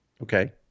Okay